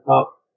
up